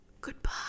Goodbye